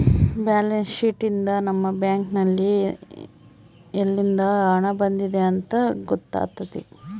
balance sheet ಯಿಂದ ನಮ್ಮ bank ನಲ್ಲಿ ಯಲ್ಲಿಂದ ಹಣ ಬಂದಿದೆ ಅಂತ ಗೊತ್ತಾತತೆ